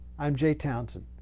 i'm jay townsend